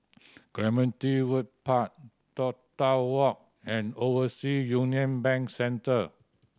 Clementi Wood Park Toh Tuck Walk and Oversea Union Bank Centre